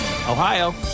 Ohio